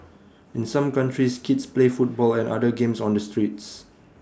in some countries kids play football and other games on the streets